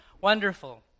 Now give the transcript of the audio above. wonderful